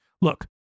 Look